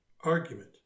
argument